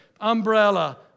umbrella